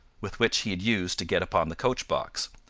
with which he had used to get upon the coach-box,